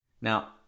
Now